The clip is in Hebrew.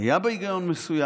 היה בה היגיון מסוים.